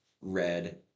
Red